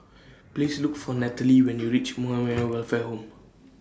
Please Look For Nataly when YOU REACH Welfare Home